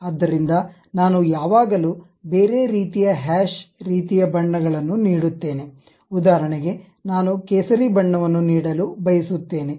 ಆದ್ದರಿಂದ ನಾನು ಯಾವಾಗಲೂ ಬೇರೆ ರೀತಿಯ ಹ್ಯಾಶ್ ರೀತಿಯ ಬಣ್ಣಗಳನ್ನು ನೀಡುತ್ತೇನೆ ಉದಾಹರಣೆಗೆ ನಾನು ಕೇಸರಿ ಬಣ್ಣವನ್ನು ನೀಡಲು ಬಯಸುತ್ತೇನೆ